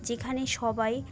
যেখানে সবাই